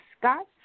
Scott